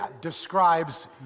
describes